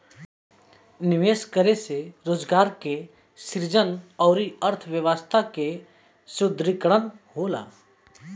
निवेश करे से रोजगार के सृजन अउरी अर्थव्यस्था के सुदृढ़ीकरन होला